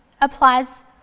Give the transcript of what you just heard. applies